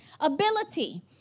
Ability